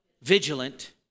Vigilant